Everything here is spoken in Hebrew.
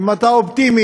אם אתה אופטימי,